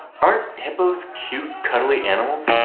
aren't hippos cute, cuddly animals?